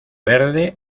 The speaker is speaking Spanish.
verde